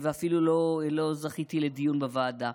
ואפילו לא זכיתי לדיון בוועדה.